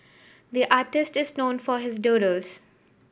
the artist is known for his doodles